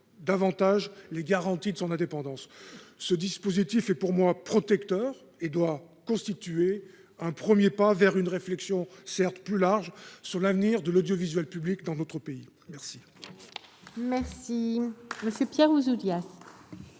encore les garanties d'indépendance. Ce dispositif est protecteur et doit constituer un premier pas vers une réflexion plus large sur l'avenir de l'audiovisuel public dans notre pays. La